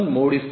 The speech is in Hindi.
Cnn 1